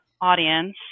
audience